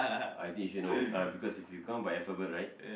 I teach you no uh because if you count by alphabet right